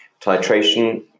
titration